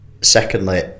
Secondly